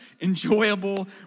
enjoyable